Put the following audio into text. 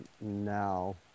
now